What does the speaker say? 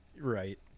right